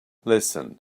listen